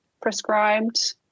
prescribed